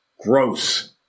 gross